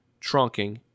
trunking